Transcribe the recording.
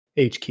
HQ